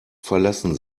verlassen